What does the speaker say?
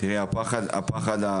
הפחד שלי